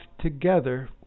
together